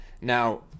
Now